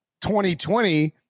2020